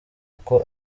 uko